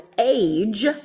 age